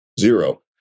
zero